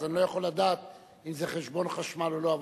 אז אני לא יכול לדעת אם זה חשבון חשמל או לא,